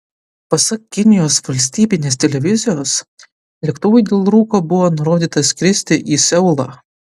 pasak kinijos valstybinės televizijos lėktuvui dėl rūko buvo nurodyta skristi į seulą